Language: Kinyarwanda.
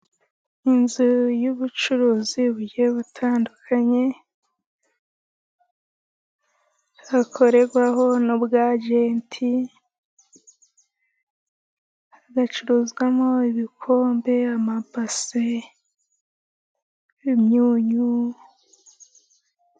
Inzu y'ubucuruzi buryo butandukanye, hakorerwaho n'ubwagenti, hacuruzwamo ibikombe, amabase, imyunyu...